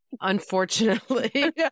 Unfortunately